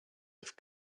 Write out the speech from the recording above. have